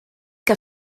que